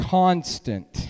constant